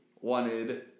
wanted